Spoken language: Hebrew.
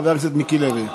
חבר הכנסת מיקי לוי.